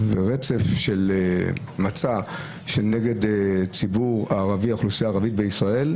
רצף של מצע ותעמולה נגד האוכלוסייה הערבית בישראל,